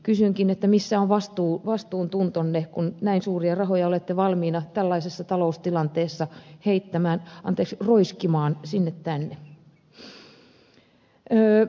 kysynkin missä on vastuuntuntonne kun näin suuria rahoja olette valmiit tällaisessa taloustilanteessa heittämään anteeksi roiskimaan sinne tänne